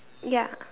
ya